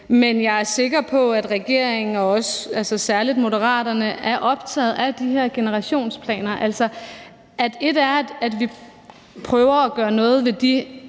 Men jeg er sikker på, at regeringen, og særlig Moderaterne, er optaget af de her generationsplaner. Et er, at vi prøver at gøre noget ved de